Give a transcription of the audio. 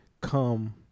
Come